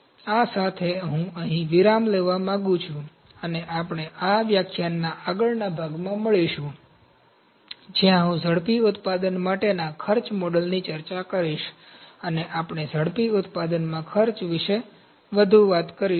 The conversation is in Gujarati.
આ સાથે હું અહીં વિરામ લેવા માંગુ છું અને આપણે આ વ્યાખ્યાનના આગળના ભાગમાં મળીશું જ્યાં હું ઝડપી ઉત્પાદન માટેના ખર્ચ મોડલની ચર્ચા કરીશ અને આપણે ઝડપી ઉત્પાદનમાં ખર્ચ વિશે વધુ વાત કરીશું